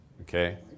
Okay